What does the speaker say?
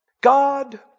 God